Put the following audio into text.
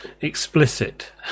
explicit